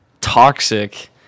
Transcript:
toxic